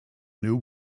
new